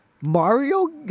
Mario